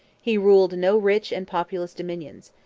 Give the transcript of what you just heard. he ruled no rich and populous dominions.